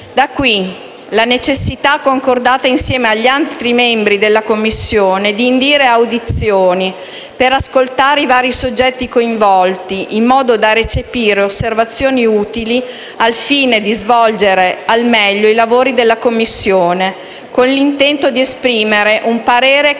Da qui la necessità, concordata insieme agli altri membri della Commissione, di indire audizioni per ascoltare i vari soggetti coinvolti, in modo da recepire osservazioni utili al fine di svolgere al meglio i lavori della Commissione, con l'intento di esprimere un parere condiviso